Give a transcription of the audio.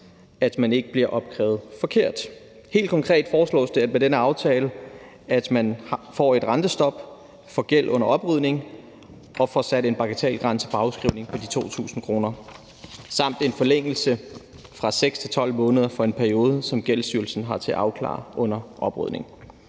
at man ikke bliver opkrævet forkert. Helt konkret foreslås det med den her aftale, at man får et rentestop for gæld under oprydning og får sat en bagatelgrænse for afskrivning på de 2.000 kr. samt en forlængelse fra 6 til 12 måneder af den periode, som Gældsstyrelsen har til at afklare det under oprydning.